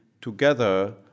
together